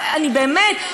באמת,